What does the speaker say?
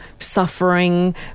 suffering